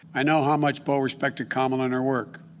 i know how much bo respected kamala and her work.